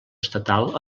estatal